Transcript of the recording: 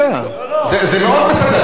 לא, לא, זה מאוד משמח אותך.